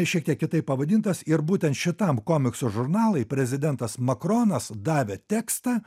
šiek tiek kitaip pavadintas ir būtent šitam komikso žurnalui prezidentas makronas davė tekstą